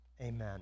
Amen